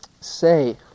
say